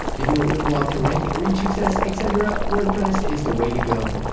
if you want your blog to rank, reach success, etc. wordpress is the way to go.